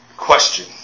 Question